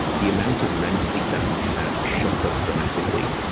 the amount of rem sleep that we had shot up dramatically.